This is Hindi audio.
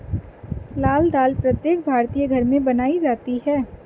लाल दाल प्रत्येक भारतीय घर में बनाई जाती है